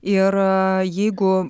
ir jeigu